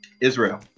Israel